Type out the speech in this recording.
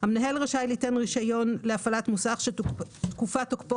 המנהל רשאי ליתן רישיון להפעלת מוסך שתקופת תוקפו